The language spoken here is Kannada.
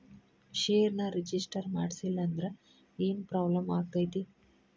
ಷೇರ್ನ ರಿಜಿಸ್ಟರ್ ಮಾಡ್ಸಿಲ್ಲಂದ್ರ ಏನ್ ಪ್ರಾಬ್ಲಮ್ ಆಗತೈತಿ